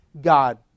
God